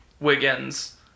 Wiggins